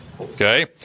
Okay